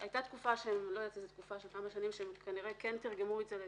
הייתה תקופה של כמה שנים שהם כנראה כן תרגמו את זה לשקלים,